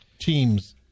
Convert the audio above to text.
teams